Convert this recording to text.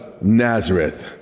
Nazareth